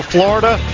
Florida